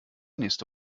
nächste